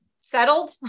settled